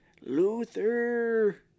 Luther